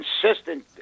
consistent